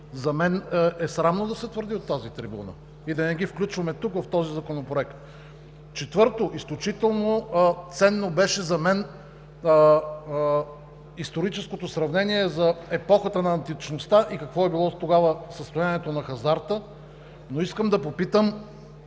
за мен е срамно да се твърди от тази трибуна и да не ги включваме тук в този законопроект. Четвърто, изключително ценно беше за мен историческото сравнение за епохата на античността и какво е било тогава състоянието на хазарта. Но искам да попитам,